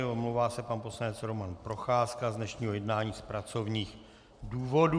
Omlouvá se pan poslanec Roman Procházka z dnešního jednání z pracovních důvodů.